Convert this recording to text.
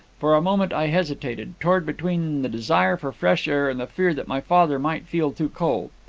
for a moment i hesitated, torn between the desire for fresh air and the fear that my father might feel too cold.